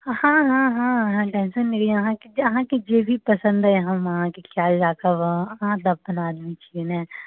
हँ हँ हँ अहाँ टेंशन नहि लिअ अहाँकेँ अहाँकेँ जेभी पसन्द अइ हम अहाँकेँ ख्याल राखब अहाँ तऽ अपन आदमी छियै ने